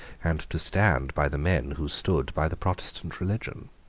and to stand by the men who stood by the protestant religion.